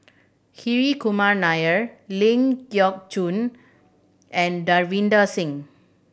Hri Kumar Nair Ling Geok Choon and Davinder Singh